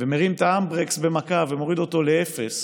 ומרים את ההנדברקס במכה, ומוריד אותו לאפס,